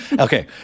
Okay